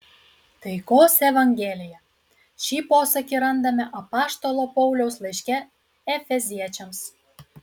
taikos evangelija šį posakį randame apaštalo pauliaus laiške efeziečiams